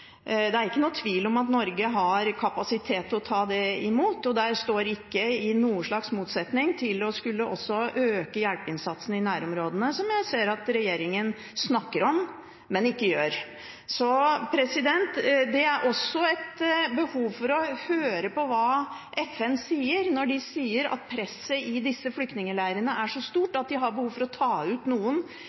det står ikke i noen slags motsetning til også å kunne øke hjelpeinnsatsen i nærområdene, som jeg ser at regjeringen snakker om, men ikke gjør. Det er også behov for å høre på hva FN sier, om at presset i disse flyktningleirene er så stort at de har behov for å ta ut noen